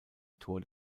tor